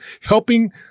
helping